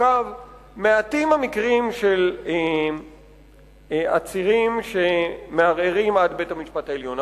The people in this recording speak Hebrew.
מעטים המקרים של עצירים שמערערים עד בית-המשפט העליון.